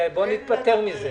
בוא ניפטר מזה.